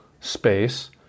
space